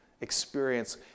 experience